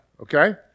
Okay